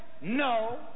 No